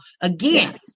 Again